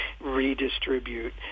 redistribute